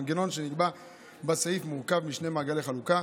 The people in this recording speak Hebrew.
המנגנון שנקבע בסעיף מורכב משני מעגלי חלוקה.